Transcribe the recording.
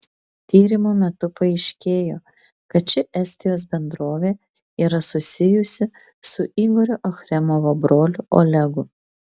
tyrimo metu paaiškėjo kad ši estijos bendrovė yra susijusi su igorio achremovo broliu olegu